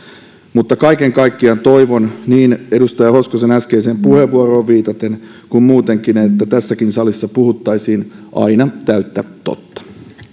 mutta kaiken kaikkiaan toivon niin edustaja hoskosen äskeiseen puheenvuoroon viitaten kuin muutenkin että tässäkin salissa puhuttaisiin aina täyttä totta